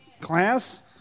class